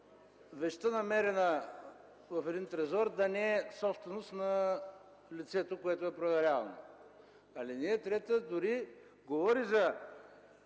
вещта, намерена в един трезор, да не е собственост на лицето, което е проверявано. Алинея 3 дори говори за